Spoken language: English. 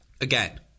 again